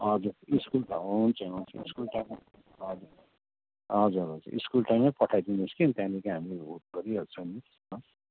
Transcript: हजुर स्कुल त हुन्छ हुन्छ स्कुल टाइममै हजुर हजुर हजुर स्कुल टाइममै पठाइदिनु होस् कि त्यहाँदेखि हामी होस्ट गरिहाल्छौँ नि